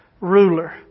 Ruler